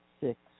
six